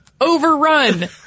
overrun